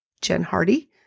jenhardy